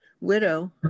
widow